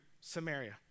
Samaria